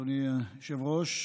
אדוני היושב-ראש,